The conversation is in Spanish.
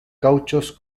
gauchos